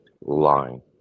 line